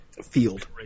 field